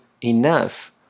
enough